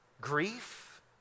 Grief